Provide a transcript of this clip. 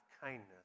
kindness